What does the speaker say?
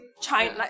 China